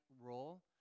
role